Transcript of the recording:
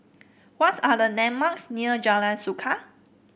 what are the landmarks near Jalan Suka